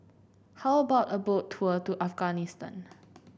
how about a Boat Tour to Afghanistan